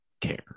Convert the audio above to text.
care